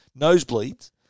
nosebleeds